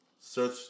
search